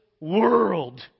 world